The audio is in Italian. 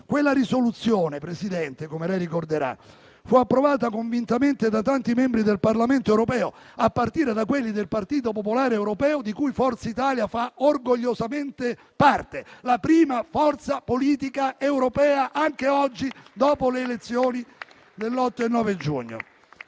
Quella risoluzione, signor Presidente, come lei ricorderà, fu approvata convintamente da tanti membri del Parlamento europeo, a partire da quelli del Partito Popolare Europeo, di cui Forza Italia fa orgogliosamente parte, la prima forza politica europea anche oggi dopo le elezioni dell'8 e 9 giugno.